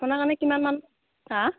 আমি কিমান মান হা